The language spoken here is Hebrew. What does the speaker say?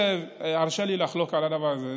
הרשה לי לחלוק על הדבר הזה.